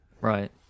Right